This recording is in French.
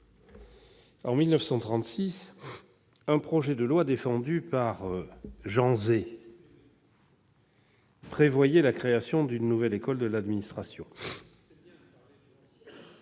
En 1936, un projet de loi défendu par Jean Zay prévoyait la création d'une nouvelle école nationale d'administration,